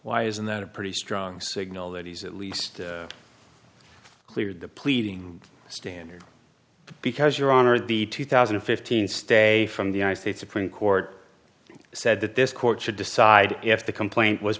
why isn't that a pretty strong signal that he's at least cleared the pleading standard because your honor the two thousand and fifteen stay from the united states supreme court said that this court should decide if the complaint was